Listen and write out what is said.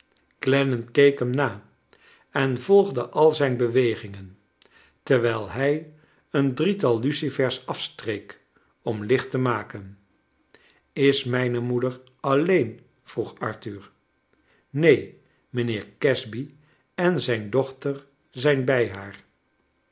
clennam keek hem na en volgde al zijn bewegingen terwijl hij een drietal luoifers afstreek om licht te maken is mijne moeder alleen vroeg arthur neen mijnheer casby en zijn dochter zijn bij haar